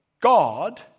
God